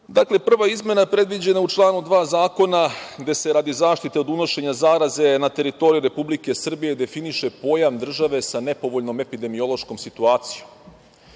prva izmena predviđena je u članu 2. Zakona, gde se radi zaštite od unošenja zaraze na teritoriji Republike Srbije definiše pojam države sa nepovoljnom epidemiološkom situacijom.